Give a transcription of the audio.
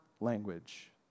language